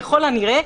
ככל הנראה,